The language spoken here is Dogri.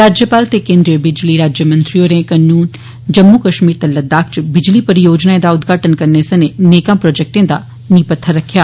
राज्यपाल ते केन्द्रीय बिजली राज्यमंत्री होरें जम्मू कश्मीर ते लद्दाख च बिजली परियोजनाएं दा उदघाटन करने सनें नेकां प्रोजैक्टें दा नींह पत्थर रक्खेया